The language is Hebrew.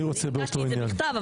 אני ביקשתי את זה בכתב,